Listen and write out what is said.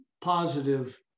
Positive